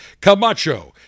Camacho